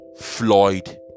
Floyd